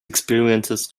experiences